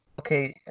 Okay